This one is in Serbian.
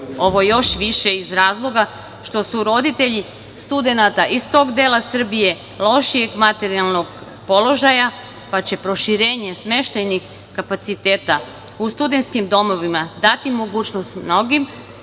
Ovo još više iz razloga što su roditelji studenata iz tog dela Srbije lošijeg materijalnog položaja, pa će proširenje smeštajnih kapaciteta u studentskim domovima dati mogućnost mnogim